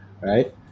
right